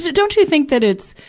don't you think that it's,